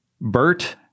Bert